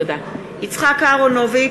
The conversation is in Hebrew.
(קוראת בשמות חברי הכנסת) יצחק אהרונוביץ,